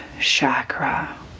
chakra